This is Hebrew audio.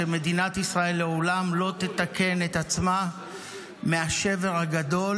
שמדינת ישראל לעולם לא תתקן את עצמה מהשבר הגדול